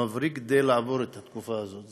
מבריק, כדי לעבור את התקופה הזאת.